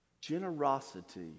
Generosity